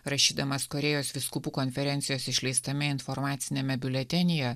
rašydamas korėjos vyskupų konferencijos išleistame informaciniame biuletenyje